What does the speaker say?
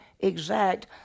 exact